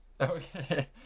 Okay